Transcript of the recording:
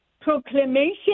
proclamation